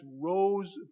rose